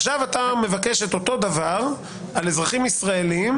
עכשיו, אתה מבקש את אותו דבר, על אזרחים ישראליים.